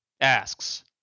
asks